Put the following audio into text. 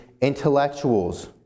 intellectuals